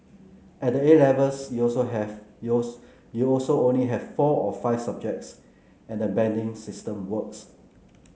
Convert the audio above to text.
at A Levels you also have you also only have four or five subjects and banding system works